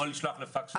או לשלוח בפקס.